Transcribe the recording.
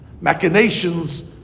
machinations